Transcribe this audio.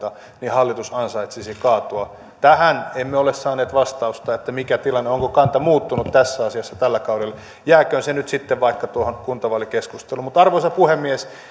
niin hallitus ansaitsisi kaatua tähän emme ole saaneet vastausta mikä tilanne on onko kanta muuttunut tässä asiassa tällä kaudella jääköön se nyt sitten vaikka tuohon kuntavaalikeskusteluun arvoisa puhemies